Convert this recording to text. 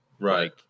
Right